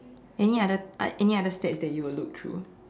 any other uh any other stats that you will look through